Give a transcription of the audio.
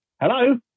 Hello